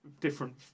different